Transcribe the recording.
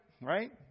right